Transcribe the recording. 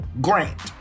Grant